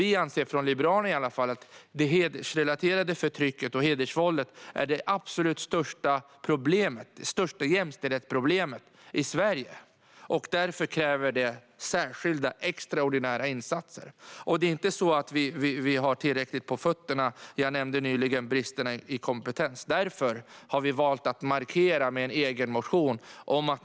Vi från Liberalerna anser att det hedersrelaterade förtrycket och hedersvåldet är det absolut största jämställdhetsproblemet i Sverige. Därför kräver det särskilda extraordinära insatser. Det är inte så att vi har tillräckligt på fötterna. Jag nämnde nyligen bristen på kompetens. Därför har vi valt att markera med en egen motion.